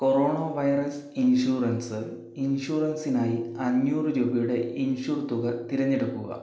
corona virus insurance ഇൻഷുറൻസിനായി അഞ്ഞൂറ് രൂപയുടെ ഇൻഷുർ തുക തിരഞ്ഞെടുക്കുക